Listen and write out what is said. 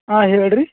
ಹಾಂ ಹೇಳ್ರಿ